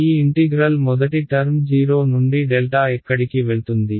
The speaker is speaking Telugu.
ఈ ఇంటిగ్రల్ మొదటి టర్మ్ 0 నుండి ∆ ఎక్కడికి వెళ్తుంది